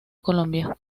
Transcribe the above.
colombia